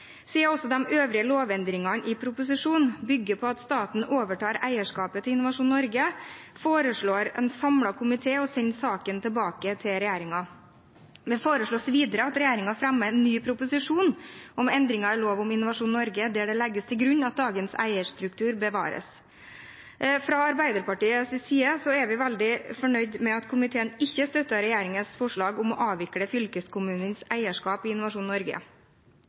Siden også de øvrige lovendringene i proposisjonen bygger på at staten overtar eierskapet til Innovasjon Norge, foreslår en samlet komité å sende saken tilbake til regjeringen. Det foreslås videre at regjeringen fremmer en ny proposisjon om endringer i lov om Innovasjon Norge, der det legges til grunn at dagens eierstruktur bevares. Fra Arbeiderpartiets side er vi veldig fornøyd med at komiteen ikke støtter regjeringens forslag om å avvikle fylkeskommunenes eierskap i Innovasjon Norge.